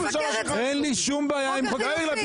אין לי שום בעיה איתו.